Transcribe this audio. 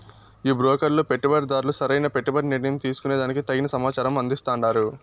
ఈ బ్రోకర్లు పెట్టుబడిదార్లు సరైన పెట్టుబడి నిర్ణయం తీసుకునే దానికి తగిన సమాచారం అందిస్తాండారు